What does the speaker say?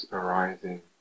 arising